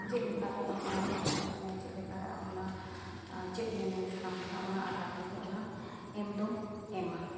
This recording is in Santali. ᱪᱮᱫ ᱞᱮᱠᱟ ᱨᱮ ᱟᱢ ᱚᱱᱟ ᱚᱞ ᱥᱟᱱᱟᱭᱮᱫ ᱢᱮᱭᱟ ᱪᱮᱫᱞᱮᱠᱟ ᱨᱮ ᱟᱢ ᱚᱱᱟ ᱪᱮᱫ ᱢᱮᱢᱮᱱ ᱥᱟᱱᱟᱢ ᱠᱟᱱᱟ ᱚᱱᱟ ᱟᱫᱷᱟᱨ ᱛᱮᱜᱮ ᱚᱱᱟ ᱮᱢ ᱫᱚ ᱮᱢᱟᱢ